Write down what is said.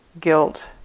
guilt